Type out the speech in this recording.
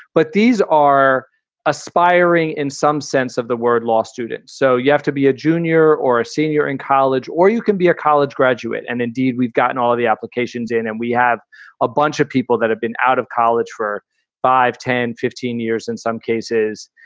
but these are aspiring in some sense of the word law student. so you have to be a junior or senior in college or you can be a college graduate. and indeed, we've gotten all of the applications in and we have a bunch of people that have been out of college for five, ten, fifteen years. in some cases,